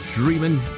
Dreaming